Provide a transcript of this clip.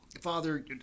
Father